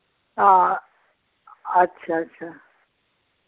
हां अच्छा अच्छा